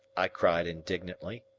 i cried indignantly.